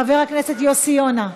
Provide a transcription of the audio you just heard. חבר הכנסת יוסי יונה.